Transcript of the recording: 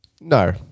No